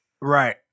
Right